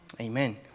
Amen